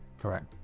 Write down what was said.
correct